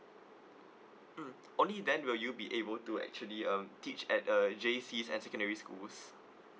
mm only then will you be able to actually um teach at a J_C at secondary schools